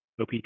OP